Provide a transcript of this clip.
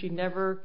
she never